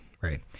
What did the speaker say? right